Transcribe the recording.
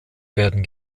werden